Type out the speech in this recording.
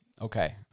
Okay